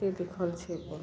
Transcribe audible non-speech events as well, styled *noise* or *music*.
*unintelligible*